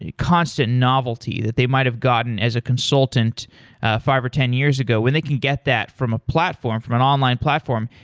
constant novelty that they might have gotten as a consultant five or ten years ago, when they can get that from a platform, from an online platform,